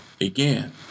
again